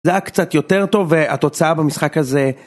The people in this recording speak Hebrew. זה היה קצת יותר טוב, והתוצאה במשחק הזה...